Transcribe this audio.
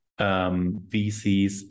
VCs